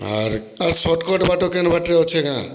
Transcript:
ଆର୍ ଆର୍ ସଟ୍କଟ୍ ବାଟ କେନ୍ ବାଟେ ଅଛେ କେଁ